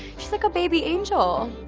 she's like a baby angel.